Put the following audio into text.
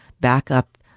backup